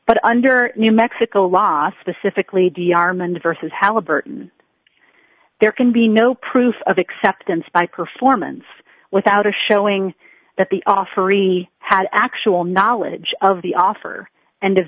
but under new mexico law specifically d r mn vs halliburton there can be no proof of acceptance by performance without a showing that the offeree had actual knowledge of the offer and of